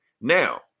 Now